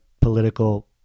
political